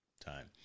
time